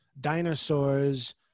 dinosaurs